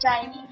time